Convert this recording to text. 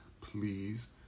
please